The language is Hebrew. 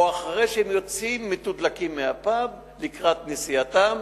או אחרי שהם יוצאים מתודלקים מהפאב לקראת נסיעתם,